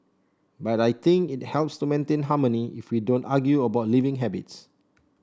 but I think it helps to maintain harmony if we don't argue about living habits